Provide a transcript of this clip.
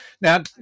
Now